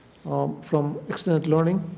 from extended learning.